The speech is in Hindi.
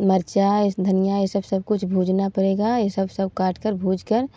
मिर्च धनिया यह सब सब कुछ भुजना पड़ेगा यह सब सब काट कर भुज कर